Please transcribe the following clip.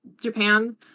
Japan